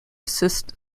assist